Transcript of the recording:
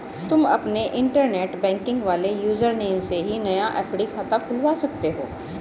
तुम अपने internet banking वाले यूज़र नेम से ही नया एफ.डी खाता खुलवा सकते हो